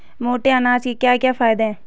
मोटे अनाज के क्या क्या फायदे हैं?